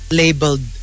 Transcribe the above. labeled